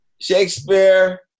Shakespeare